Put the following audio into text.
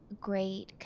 great